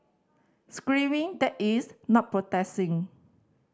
screaming that is not protesting